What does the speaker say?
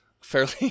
fairly